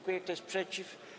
Kto jest przeciw?